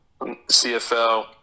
cfl